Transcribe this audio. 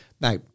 now